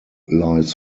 lies